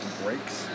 brakes